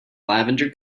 lavender